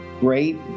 great